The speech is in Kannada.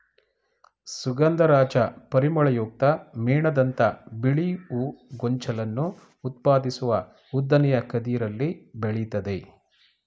ಸುಗಂಧರಾಜ ಪರಿಮಳಯುಕ್ತ ಮೇಣದಂಥ ಬಿಳಿ ಹೂ ಗೊಂಚಲನ್ನು ಉತ್ಪಾದಿಸುವ ಉದ್ದನೆಯ ಕದಿರಲ್ಲಿ ಬೆಳಿತದೆ